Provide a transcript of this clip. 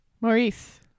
Maurice